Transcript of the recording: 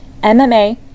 MMA